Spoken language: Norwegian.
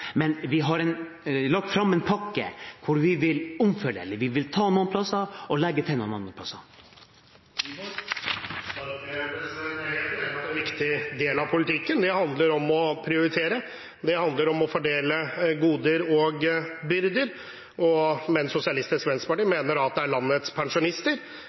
Men vi har lagt fram en pakke hvor vi vil omfordele: Vi vil ta fra noen plasser og legge til noen andre plasser. Jeg er helt enig i at en viktig del av politikken handler om å prioritere, det handler om å fordele goder og byrder. Men Sosialistisk Venstreparti mener at det er landets pensjonister – i hvert fall gifte og samboende pensjonister